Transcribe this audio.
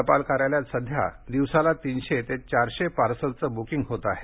टपाल कार्यालयात सध्या दिवसाला तीनशे ते चारशे पार्सलचे ब्रुकींग होत आहे